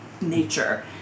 nature